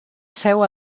seu